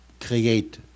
create